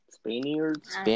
Spaniards